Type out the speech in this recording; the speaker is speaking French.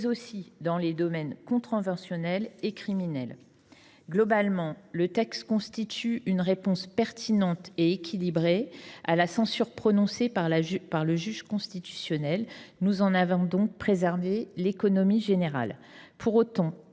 aussi dans les domaines contraventionnel et criminel. Globalement, le texte constitue une réponse pertinente et équilibrée à la censure prononcée par le juge constitutionnel : nous en avons donc préservé l’économie générale. Pour autant,